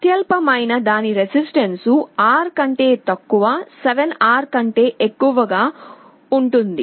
అత్యల్పమైనదాని resistance R కంటే తక్కువ 7Rకంటే ఎక్కువ గా ఉంటుంది